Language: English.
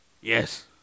Yes